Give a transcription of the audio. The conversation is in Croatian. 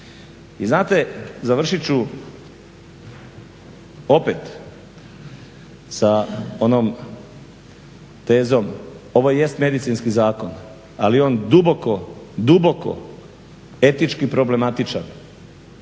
I znate završit ću opet sa onom tezom ovo jest medicinski zakon ali on duboko, duboko etički problematičan